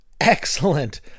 excellent